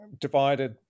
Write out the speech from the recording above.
divided